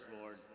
Lord